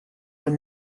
were